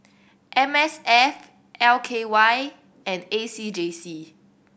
M S F L K Y and A C J C